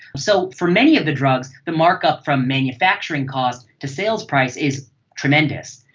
so for many of the drugs, the mark-up from manufacturing cost to sales price is tremendous.